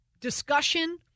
discussion